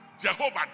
Jehovah